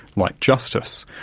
like justice.